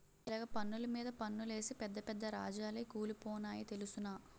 ఇలగ పన్నులు మీద పన్నులేసి పెద్ద పెద్ద రాజాలే కూలిపోనాయి తెలుసునా